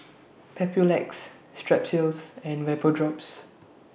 Papulex Strepsils and Vapodrops